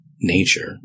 nature